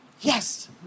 Yes